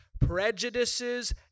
prejudices